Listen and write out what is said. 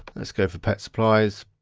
let's go for pet supplies.